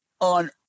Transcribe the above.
on